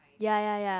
ya ya ya